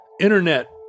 internet